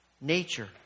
nature